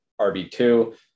RB2